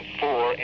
four